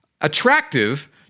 attractive